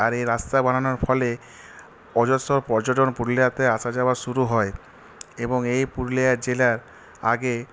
আর এই রাস্তা বানানোর ফলে অজস্র পর্যটন পুরুলিয়াতে আসা যাওয়া শুধু হয় এবং এই পুরুলিয়া জেলার আগে